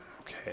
Okay